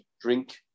drink